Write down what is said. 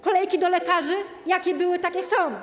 Kolejki do lekarzy, jakie były, takie są.